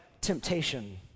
temptation